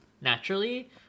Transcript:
naturally